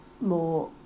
more